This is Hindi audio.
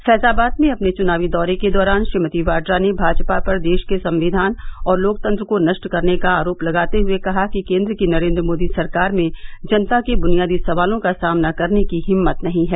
फैजाबाद में अपने चुनावी दौरे के दौरान श्रीमती वाड्रा ने भाजपा पर देश के संविधान और लोकतंत्र को नष्ट करने का आरोप लगाते हुए कहा कि केन्द्र की नरेन्द्र मोदी सरकार में जनता के बुनियादी सवालों का सामना करने की हिम्मत नहीं है